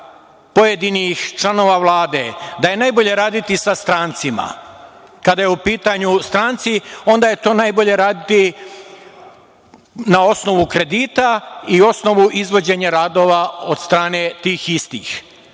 pojedinih članova Vlade da je najbolje raditi sa strancima. Kada su u pitanju stranci, onda je to najbolje raditi na osnovu kredita i osnovu izvođenja radova od strane tih istih.